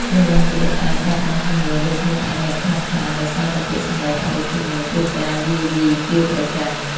ជនរងគ្រោះអាច បាត់បង់ជំនឿលើខ្លួនឯងយ៉ាងខ្លាំងក្លា ដោយសារតែពាក្យសម្ដីអវិជ្ជមាន ឬការយាយីជាប្រចាំ។